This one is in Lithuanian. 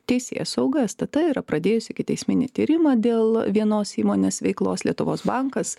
teisėsauga stt yra pradėjusi ikiteisminį tyrimą dėl vienos įmonės veiklos lietuvos bankas